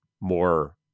more